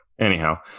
anyhow